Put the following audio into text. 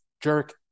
jerk